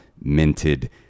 minted